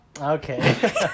okay